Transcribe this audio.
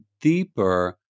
deeper